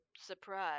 surprise